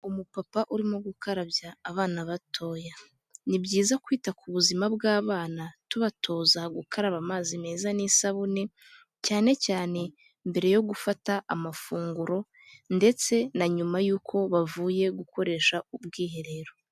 Umupapa urimo gukarabya abana batoya, ni byiza kwita ku buzima bw'abana tubatoza gukaraba amazi meza n'isabune, cyane cyane mbere yo gufata amafunguro ndetse na nyuma y'uko bavuye gukoresha ubwiherero.